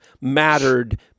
mattered